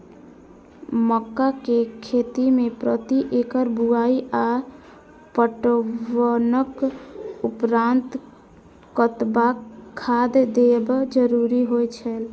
मक्का के खेती में प्रति एकड़ बुआई आ पटवनक उपरांत कतबाक खाद देयब जरुरी होय छल?